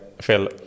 Phil